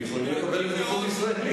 הם יכולים לקבל אזרחות ישראלית.